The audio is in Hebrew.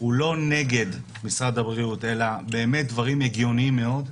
הוא לא נגד משרד הבריאות אלא באמת דברים הגיוניים מאוד,